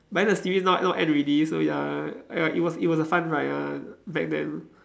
but then the series now now end already so ya I it was it was a fun ride ah back then